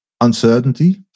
uncertainty